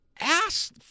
ass